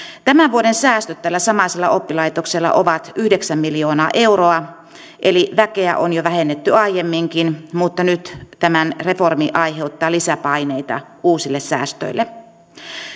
tämän vuoden säästöt tällä samaisella oppilaitoksella ovat yhdeksän miljoonaa euroa eli väkeä on jo vähennetty aiemminkin mutta nyt tämä reformi aiheuttaa lisäpaineita uusille säästöille